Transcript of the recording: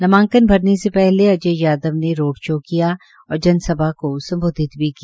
नामांकन भरने से पहले अजय यादवन ने रोड शो किया और जनसभा को सम्बोधित भी किया